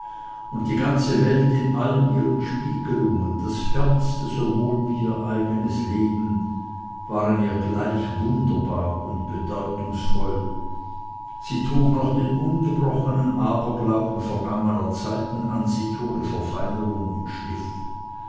und die ganze welt in allen ihren spiegelungen das fernste sowohl wie ihr eigenes leben waren ihr gleich wunderbar und bedeutungsvoll sie trug noch den ungebrochenen aberglauben vergangener zeiten an sich ohne verfeinerung und schliff